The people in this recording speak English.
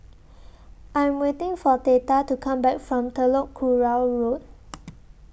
I Am waiting For Theta to Come Back from Telok Kurau Road